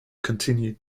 continued